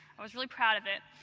i was really proud of it.